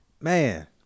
man